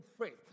faith